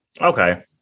Okay